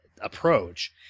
approach